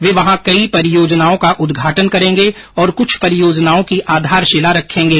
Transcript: वे वहां कई परियोजनाओं का उद्घाटन करेंगे और कुछ परियोजनाओं की आधारशिला रखेंगे